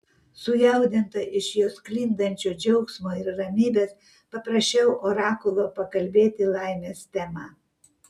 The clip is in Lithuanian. sujaudinta iš jo sklindančio džiaugsmo ir ramybės paprašiau orakulo pakalbėti laimės tema